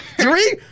Three